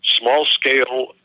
small-scale